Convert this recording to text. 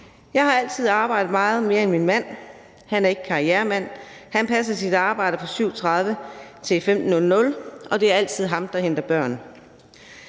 Jeg har altid arbejdet meget mere end min mand. Han er ikke karrieremand. Han passer sit arbejde fra kl. 7.30 til 15.00, og det er altid ham, der henter børn.